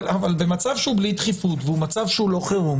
אבל במצב שהוא בלי דחיפות ומצב שהוא לא חירום